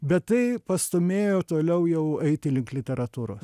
bet tai pastūmėjo toliau jau eiti link literatūros